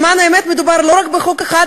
למען האמת מדובר לא רק בחוק אחד,